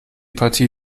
partie